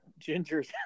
gingers